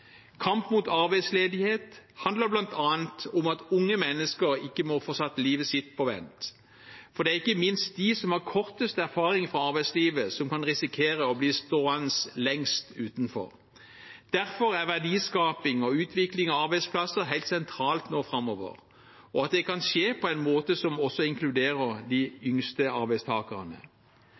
Kamp mot arbeidsledighet handler bl.a. om at unge mennesker ikke må få satt livet sitt på vent, for det er ikke minst dem som har kortest erfaring fra arbeidslivet, som kan risikere å bli stående lengst utenfor. Derfor er det nå framover helt sentralt med verdiskaping og utvikling av arbeidsplasser, og at det kan skje på en måte som også inkluderer de yngste arbeidstakerne.